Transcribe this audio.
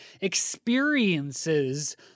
experiences